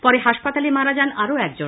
পরে হাসপাতালে মারা যান আরো একজন